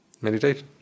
Meditate